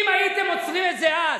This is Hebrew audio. אם הייתם עוצרים את זה אז,